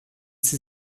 sie